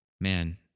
man